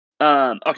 Okay